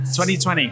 2020